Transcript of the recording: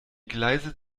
gleise